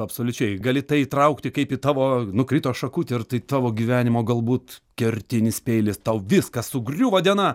absoliučiai gali tai įtraukti kaip į tavo nukrito šakutė ir tai tavo gyvenimo galbūt kertinis peilis tau viskas sugriūva diena